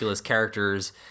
characters